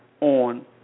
on